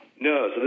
No